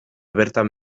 bertan